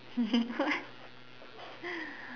what